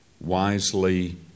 wisely